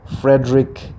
Frederick